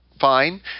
fine